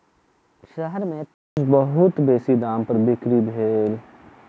शहर में तरबूज बहुत बेसी दाम पर बिक्री भेल